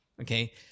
Okay